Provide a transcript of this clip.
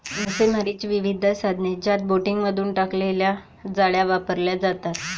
मासेमारीची विविध साधने ज्यात बोटींमधून टाकलेल्या जाळ्या वापरल्या जातात